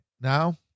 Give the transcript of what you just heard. now